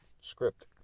script